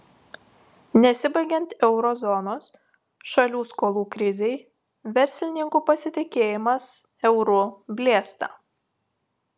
nesibaigiant euro zonos šalių skolų krizei verslininkų pasitikėjimas euru blėsta